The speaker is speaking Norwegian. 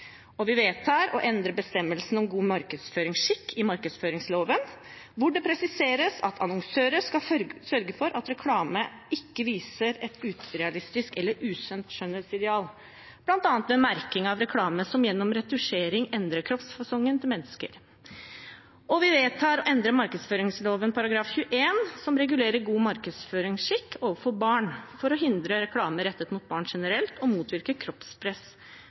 Vi vedtar å endre bestemmelsen om god markedsføringsskikk i markedsføringsloven, hvor det presiseres at annonsører skal sørge for at reklame ikke viser et urealistisk eller usunt skjønnhetsideal, bl.a. ved merking av reklame som gjennom retusjering endrer kroppsfasongen til mennesker. Vi vedtar også å endre markedsføringsloven § 21, som regulerer god markedsføringsskikk overfor barn, for å hindre reklame rettet mot barn generelt og motvirke kroppspress